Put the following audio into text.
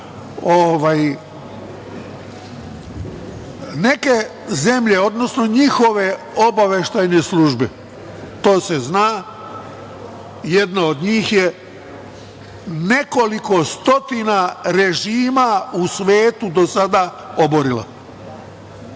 zemlje, odnosno njihove obaveštajne službe, to se zna, jedna od njih je nekoliko stotina režima u svetu do sada oborila.